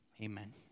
Amen